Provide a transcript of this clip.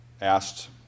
asked